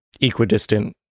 equidistant